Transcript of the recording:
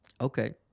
okay